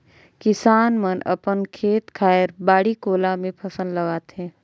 किसान मन अपन खेत खायर, बाड़ी कोला मे फसल लगाथे